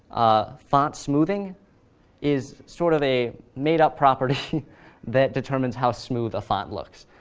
font smoothing is sort of a made-up property that determines how smooth a font looks.